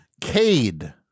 Cade